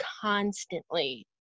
constantly